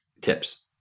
tips